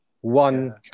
one